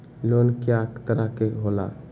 Loan कय तरह के होला?